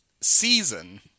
season